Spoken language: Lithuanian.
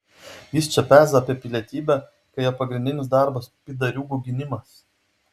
jis čia peza apie pilietybę kai jo pagrindinis darbas pydariūgų gynimas